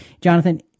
Jonathan